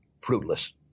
fruitless